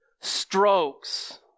strokes